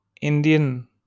Indian